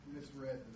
misread